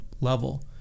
level